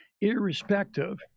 irrespective